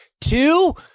two